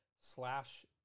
slash